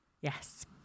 Yes